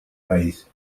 país